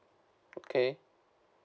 okay